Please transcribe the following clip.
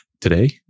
Today